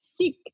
sick